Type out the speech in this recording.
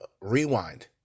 Rewind